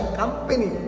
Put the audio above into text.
company